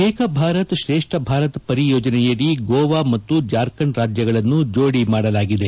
ಏಕ್ ಭಾರತ್ ಶ್ರೇಷ್ಠ್ ಭಾರತ್ ಪರಿಯೋಜನೆಯಡಿ ಗೋವಾ ಮತ್ತು ಜಾರ್ಖಂಡ್ ರಾಜ್ಯಗಳನ್ನು ಜೋಡಿ ಮಾಡಲಾಗಿದೆ